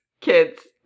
kids